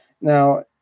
now